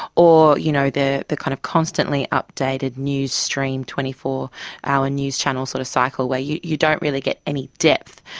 or you know the the kind of constantly updated news stream, twenty four hour news channel sort of cycle where you you don't really get any depth,